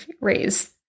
raise